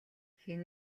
хэн